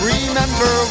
Remember